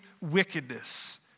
wickedness